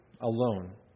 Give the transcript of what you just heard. alone